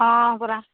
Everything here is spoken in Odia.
ହଁ ପରା